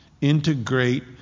Integrate